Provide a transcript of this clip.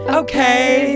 okay